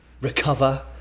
recover